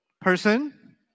person